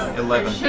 eleven